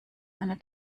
einer